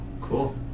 Cool